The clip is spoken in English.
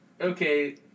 okay